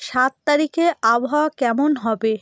সাত তারিখের আবহাওয়া কেমন হবে